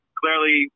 clearly